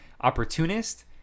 opportunist